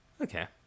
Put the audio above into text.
Okay